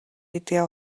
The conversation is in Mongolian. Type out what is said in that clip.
гэдгээ